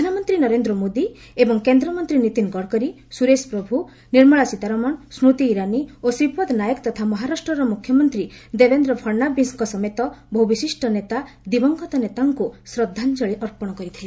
ପ୍ରଧାନମନ୍ତ୍ରୀ ନରେନ୍ଦ୍ର ମୋଦି ଏବଂ କେନ୍ଦ୍ରମନ୍ତ୍ରୀ ନୀତିନ ଗଡ଼କରୀ ସୁରେଶ ପ୍ରଭ୍ ନିର୍ମଳା ସୀତାରମଣ ସ୍ବତି ଇରାନୀ ଓ ଶ୍ରୀପଦ ନାୟକ ତଥା ମହାରାଷ୍ଟ୍ରର ମୁଖ୍ୟମନ୍ତ୍ରୀ ଦେବେନ୍ଦ୍ର ଫଡ଼ନାବିସ୍ଙ୍କ ସମେତ ବହୁ ବିଶିଷ୍ଟ ନେତା ଦିବଙ୍ଗତ ନେତାଙ୍କୁ ଶ୍ରଦ୍ଧାଞ୍ଜଳୀ ଅର୍ପଣ କରିଥିଲେ